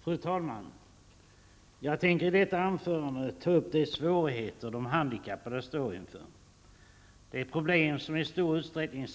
Fru talman! Jag tänker i detta anförande ta upp de svårigheter som de handikappade står inför. Det är problem som samhället i stor utsträckning